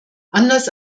anders